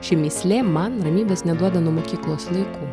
ši mįslė man ramybės neduoda nuo mokyklos laikų